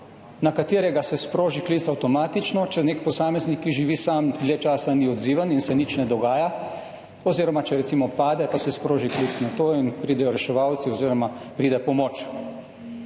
na katerega se sproži klic avtomatično, če nek posameznik, ki živi sam, dlje časa ni odziven in se nič ne dogaja, oziroma če recimo pade pa se sproži klic in pridejo reševalci oziroma pride pomoč.